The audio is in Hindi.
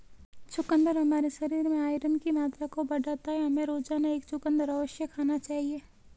चुकंदर हमारे शरीर में आयरन की मात्रा को बढ़ाता है, हमें रोजाना एक चुकंदर अवश्य खाना चाहिए